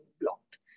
blocked